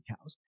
cows